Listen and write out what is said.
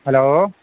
hello